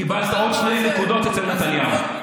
קיבלת עוד שתי נקודות אצל נתניהו.